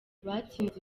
batsinze